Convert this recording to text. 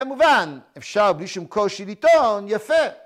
‫כמובן, אפשר בלי שום קושי ‫לטעון יפה.